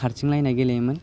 खारथिंलायनाय गेलेयोमोन